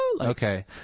Okay